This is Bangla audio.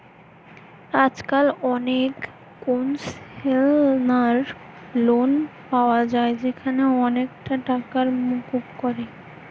আজকাল অনেক কোনসেশনাল লোন পায়া যায় যেখানে অনেকটা টাকাই মুকুব করে